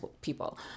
people